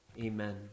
Amen